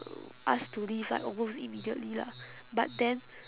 asked to leave like almost immediately lah but then